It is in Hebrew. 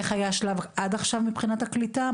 איך היה השלב עד עכשיו מבחינת הקליטה,